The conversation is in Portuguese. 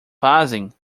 fazem